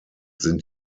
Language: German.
sind